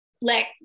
let